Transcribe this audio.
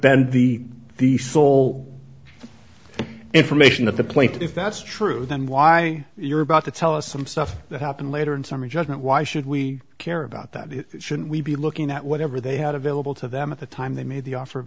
been the the sole information of the point if that's true then why you're about to tell us some stuff that happened later in summary judgment why should we care about that it shouldn't we be looking at whatever they had available to them at the time they made the offer of